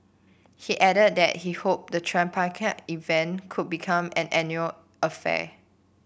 he added that he hoped the tripartite event could become an annual affair